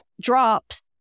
drops